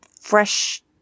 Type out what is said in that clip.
fresh